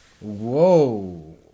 whoa